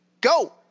go